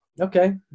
Okay